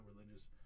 religious